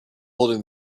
holding